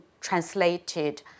translated